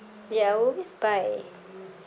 ya I will always buy